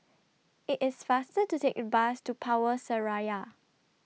IT IS faster to Take The Bus to Power Seraya